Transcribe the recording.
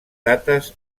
dates